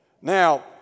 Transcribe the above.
Now